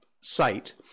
site